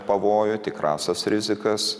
pavojų tikrąsias rizikas